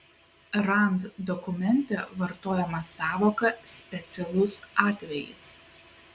rand dokumente vartojama sąvoka specialus atvejis